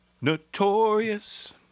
notorious